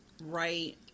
right